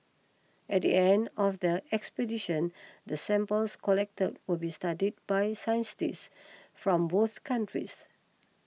at the end of the expedition the samples collected will be studied by scientists from both countries